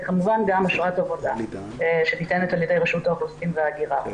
כמובן גם אשרת עבודה שניתנת על-ידי רשות האוכלוסין וההגירה.